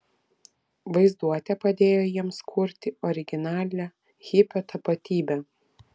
vaizduotė padėjo jiems kurti originalią hipio tapatybę